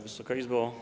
Wysoka Izbo!